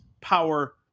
power